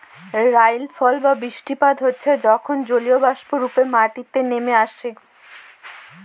রাইলফল বা বিরিস্টিপাত হচ্যে যখল জলীয়বাষ্প রূপে মাটিতে লামে আসে